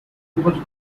global